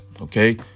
Okay